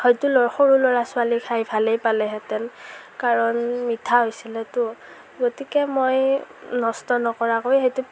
হয়তো সৰু ল'ৰা ছোৱালীয়ে খাই ভালেই পালেহেঁতেন কাৰণ মিঠা হৈছিলেতো গতিকে মই নষ্ট নকৰাকৈ সেইটো